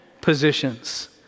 positions